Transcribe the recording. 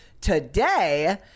Today